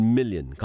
million